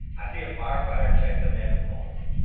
i see a firefighter check the man's pulse.